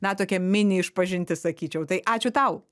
na tokia mini išpažintis sakyčiau tai ačiū tau